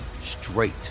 straight